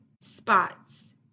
spots